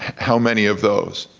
how many of those?